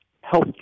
health